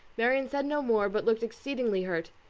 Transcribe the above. marianne said no more, but looked exceedingly hurt.